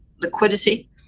liquidity